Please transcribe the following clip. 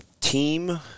team